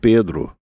Pedro